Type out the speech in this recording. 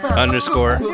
underscore